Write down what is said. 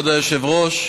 כבוד היושב-ראש,